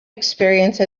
experience